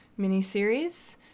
miniseries